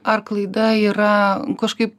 ar klaida yra kažkaip